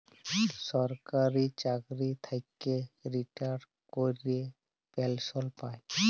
সরকারি চাকরি থ্যাইকে রিটায়ার ক্যইরে পেলসল পায়